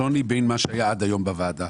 השוני בין מה שהיה עד היום בוועדה